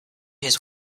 his